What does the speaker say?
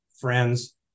friends